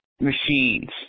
machines